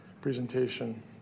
presentation